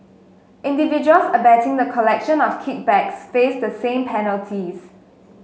individuals abetting the collection of kickbacks face the same penalties